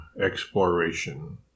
exploration